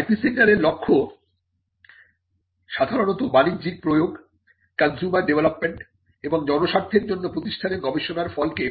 IP সেন্টারের লক্ষ্য সাধারণত বাণিজ্যিক প্রয়োগ কনজিউমার ডেভেলপমেন্ট এবং জনস্বার্থের জন্য প্রতিষ্ঠানের গবেষণার ফলকে